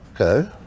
okay